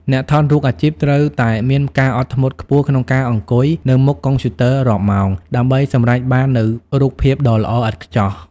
អ្នកថតរូបអាជីពត្រូវតែមានការអត់ធ្មត់ខ្ពស់ក្នុងការអង្គុយនៅមុខកុំព្យូទ័ររាប់ម៉ោង ដើម្បីសម្រេចបាននូវរូបភាពដ៏ល្អឥតខ្ចោះ។